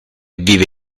vive